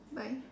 bye